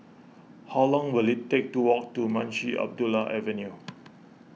how long will it take to walk to Munshi Abdullah Avenue